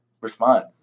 respond